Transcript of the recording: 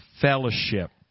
fellowship